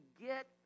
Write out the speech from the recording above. get